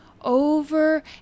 over